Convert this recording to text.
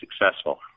successful